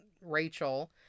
Rachel